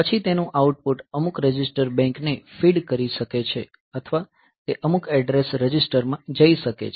પછી તેનું આઉટપુટ અમુક રજીસ્ટર બેંક ને ફીડ કરી શકે છે અથવા તે અમુક એડ્રેસ રજીસ્ટરમાં જઈ શકે છે